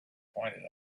pointed